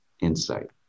insight